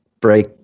break